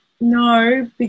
no